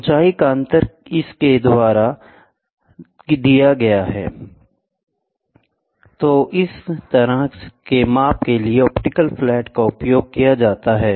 ऊंचाई का अंतर किसके द्वारा दिया गया है तो इस तरह के माप के लिए ऑप्टिकल फ्लैट का उपयोग किया जाता है